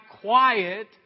quiet